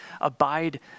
Abide